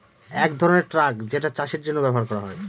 এক ধরনের ট্রাক যেটা চাষের জন্য ব্যবহার করা হয়